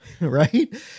right